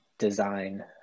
design